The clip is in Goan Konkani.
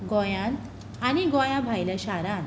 गोंयांत आनी गोंया भायल्या शारांत